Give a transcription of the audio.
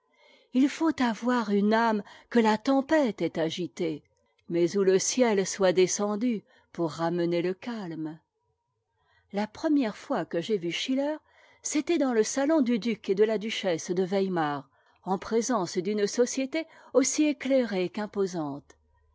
il faut avoir une âme que la tempête ait agitée mais où le ciel soit descendu pour ramener le calme la première fois que j'ai vu schiller c'était dans le salon du duc et de la duchesse de weimar en présence d'une société aussi éclairée